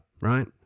right